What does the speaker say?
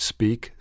Speak